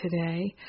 today